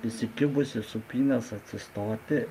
įsikibus į sūpynės atsistoti